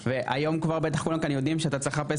והיום כבר בטח כולם כאן יודעים שאתה צריך לחפש